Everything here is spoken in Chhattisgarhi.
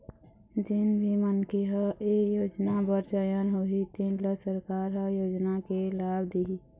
जेन भी मनखे ह ए योजना बर चयन होही तेन ल सरकार ह योजना के लाभ दिहि